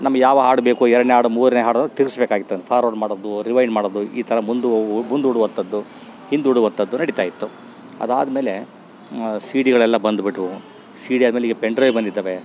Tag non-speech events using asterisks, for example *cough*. ನಮ್ಗೆ ಯಾವ ಹಾಡು ಬೇಕು ಎರಡನೇ ಹಾಡು ಮೂರನೇ ಹಾಡು ಅಂದರೆ ತಿರುಗಿಸ್ಬೇಕಾಗಿತ್ತು *unintelligible* ಫಾರ್ವರ್ಡ್ ಮಾಡೋದು ರಿವೈಂಡ್ ಮಾಡೋದು ಈ ಥರ ಮುಂದು ಮುಂದೂಡುವಂಥದ್ದು ಹಿಂದೂಡುವಂಥದ್ದು ನಡಿತಾಯಿತ್ತು ಅದಾದ್ಮೇಲೆ ಸೀ ಡಿಗಳೆಲ್ಲ ಬಂದ್ಬಿಟ್ವು ಸೀ ಡಿ ಆದ್ಮೇಲೆ ಈಗ ಪೆಂಡ್ರೈವ್ ಬಂದಿದ್ದಾವೆ